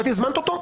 את הזמנת אותו,